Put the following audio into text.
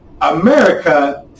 America